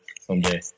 someday